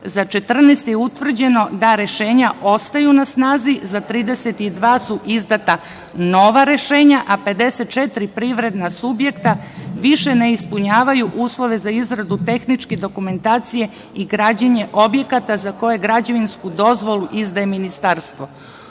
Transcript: za 14 je utvrđeno da rešenja ostaju na snazi, a za 32 su izdata nova rešenja, a 54 privredna subjekta više ne ispunjavaju uslove za izradu tehničke dokumentacije i građenje objekata za koje građevinsku dozvolu izdaje Ministarstvo. Od